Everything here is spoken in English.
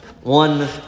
One